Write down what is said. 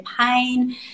pain